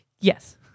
Yes